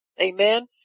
Amen